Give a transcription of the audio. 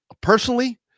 personally